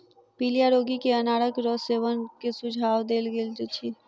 पीलिया रोगी के अनारक रसक सेवन के सुझाव देल गेल अछि